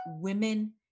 women